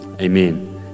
Amen